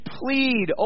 plead